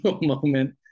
moment